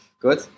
Good